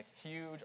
huge